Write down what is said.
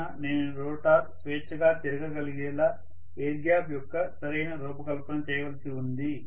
కావున నేను రోటర్ స్వేచ్ఛగా తిరగ గలిగేలా ఎయిర్ గ్యాప్ యొక్క సరైన రూపకల్పన చేయవలసి ఉంది